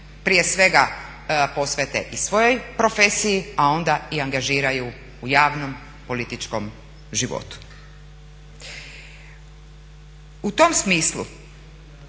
prije svega posvete i svojoj profesiji, a onda i angažiraju u javnom političkom životu. U tom smislu